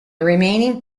remaining